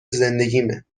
زندگیمه